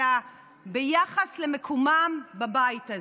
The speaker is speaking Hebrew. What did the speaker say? אלא ביחס למקומם בבית הזה.